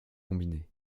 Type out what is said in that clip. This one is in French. combiné